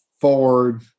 Ford